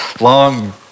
long